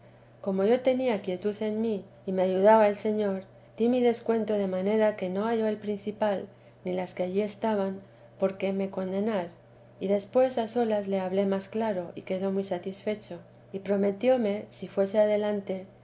como yo tenía quietud en mí y me ayudaba el señor di mi descuento de manera que no halló el provincial ni las que allí estaban por qué me condenar y después a solas le hablé más claro y quedó muy satisfecho y prometióme si fuese adelante